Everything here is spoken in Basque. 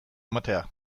ematera